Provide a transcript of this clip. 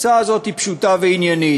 ההצעה הזאת פשוטה ועניינית.